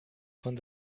von